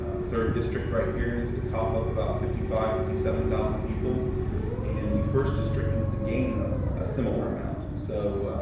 um the third district right here needs to cough up about fifty five fifty seven thousand people and the first district needs to gain and ah a similar amount, so